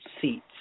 seats